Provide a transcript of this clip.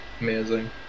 Amazing